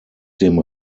dem